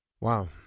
Wow